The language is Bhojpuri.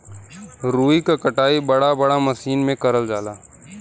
रुई क कटाई बड़ा बड़ा मसीन में करल जाला